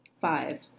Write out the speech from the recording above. Five